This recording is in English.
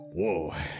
Whoa